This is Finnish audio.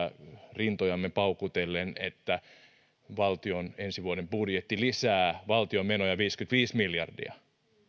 rintojamme paukutellen että valtion ensi vuoden budjetti lisää valtion menoja viisikymmentäviisi miljardia